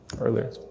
earlier